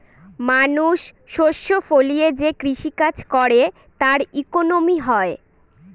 মানুষ শস্য ফলিয়ে যে কৃষি কাজ করে তার ইকোনমি হয়